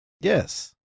Yes